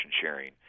sharing